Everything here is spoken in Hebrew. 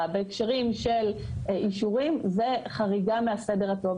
בהקשרים של אישורים זאת חריגה מהסדר הטוב.